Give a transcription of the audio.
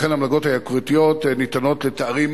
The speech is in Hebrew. לכן, המלגות היוקרתיות ניתנות לתארים